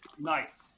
Nice